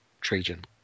Trajan